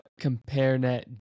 CompareNet